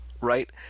right